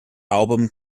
album